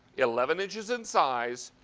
eleven inches in size.